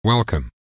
Welcome